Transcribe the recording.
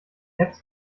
apps